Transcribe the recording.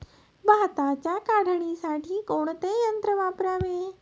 भाताच्या काढणीसाठी कोणते यंत्र वापरावे?